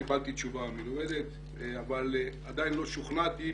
קיבלתי תשובה מלומדת אבל עדיין לא שוכנעתי,